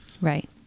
Right